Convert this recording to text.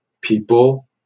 people